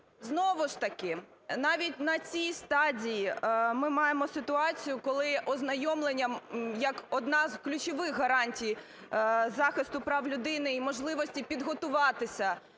Знову ж таки, навіть на цій стадії ми маємо ситуацію, коли ознайомлення як одна з ключових гарантій захисту прав людини і можливості підготуватися